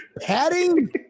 Padding